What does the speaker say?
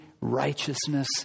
righteousness